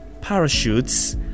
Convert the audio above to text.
parachutes